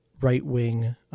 right-wing